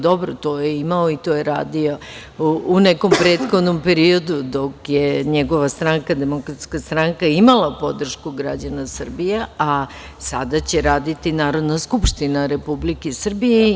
Dobro, to je imao i to je radio u nekom prethodnom periodu dok je njegova stranka, DS, imala podršku građana Srbije, a sada će raditi Narodna skupština Republike Srbije.